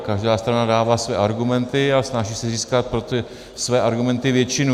Každá strana dává své argumenty a snaží se získat pro ty své argumenty většinu.